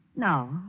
No